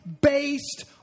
based